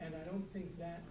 and i don't think that